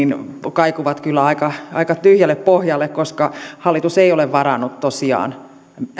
kaikuvat kyllä aika aika tyhjälle pohjalle koska hallitus ei ole varannut tosiaan